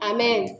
Amen